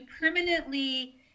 permanently